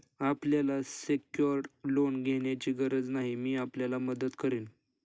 आपल्याला secured loan घेण्याची गरज नाही, मी आपल्याला मदत करेन